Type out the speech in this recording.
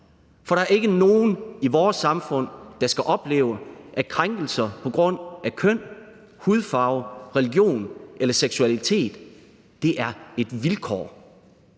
for der er ikke nogen i vores samfund, der skal opleve, at krænkelser på grund af køn, hudfarve, religion eller seksualitet er et vilkår.